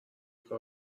کار